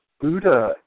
Buddha